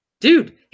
dude